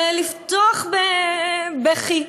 ולפצוח בבכי,